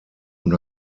und